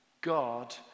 God